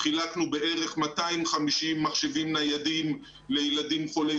חילקנו בערך 250 מחשבים ניידים לילדים חולי